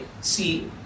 see